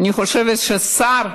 אני חושבת ששר,